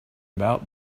about